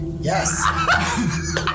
Yes